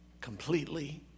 completely